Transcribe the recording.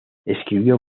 escribió